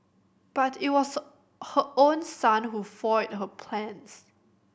but it was her own son who foiled her plans